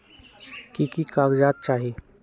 की की कागज़ात चाही?